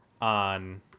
on